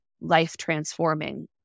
life-transforming